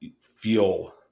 feel